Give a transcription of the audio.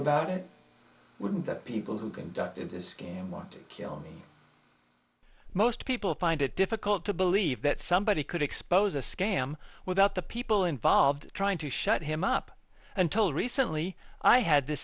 about it when the people who conducted the scam want to kill me most people find it difficult to believe that somebody could expose a scam without the people involved trying to shut him up until recently i had the